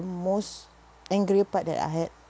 most angry part that I had